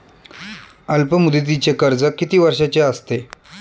अल्पमुदतीचे कर्ज किती वर्षांचे असते?